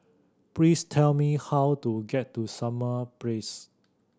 please tell me how to get to Summer Place